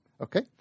Okay